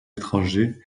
étrangers